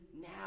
now